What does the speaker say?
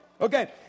Okay